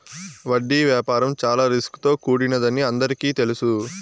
వడ్డీ వ్యాపారం చాలా రిస్క్ తో కూడినదని అందరికీ తెలుసు